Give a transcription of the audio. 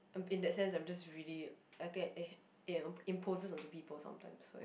I'm in that sense I'm just really imposes into people sometimes so ya